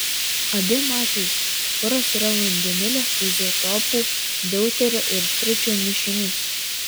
abiem atvejais kuras yra vandenilio izotopų deuterio ir tričio mišinys